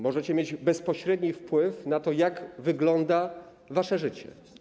Możecie mieć bezpośredni wpływ na to, jak wygląda wasze życie.